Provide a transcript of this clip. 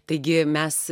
taigi mes